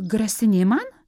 grasini man